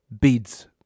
Beads